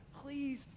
Please